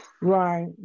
right